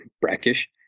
brackish